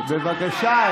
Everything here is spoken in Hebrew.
בבקשה,